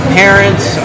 parents